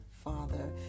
Father